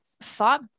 thought